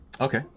Okay